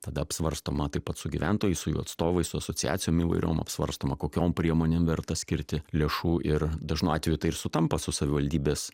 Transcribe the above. tada apsvarstoma taip pat su gyventojais su jų atstovais asociacijom įvairiom apsvarstoma kokiom priemonėm verta skirti lėšų ir dažnu atveju tai ir sutampa su savivaldybės